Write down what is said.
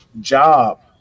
job